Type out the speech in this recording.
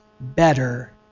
better